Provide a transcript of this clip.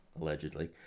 allegedly